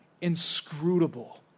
inscrutable